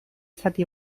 zati